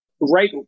right